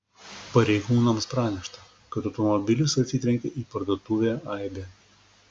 pareigūnams pranešta kad automobilis atsitrenkė į parduotuvę aibė